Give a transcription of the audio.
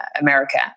America